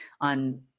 on